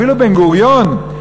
אפילו בן-גוריון,